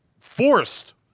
forced